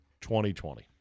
2020